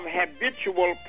habitual